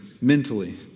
mentally